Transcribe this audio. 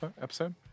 episode